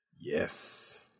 Yes